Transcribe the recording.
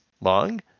long